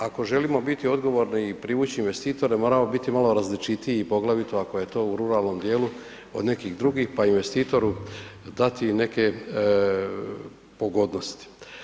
Ako želimo biti odgovorni i privući investitore, moramo biti malo različitiji, poglavito ako je to u ruralnom dijelu, od nekih drugih, pa investitoru dati neke pogodnosti.